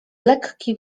lekki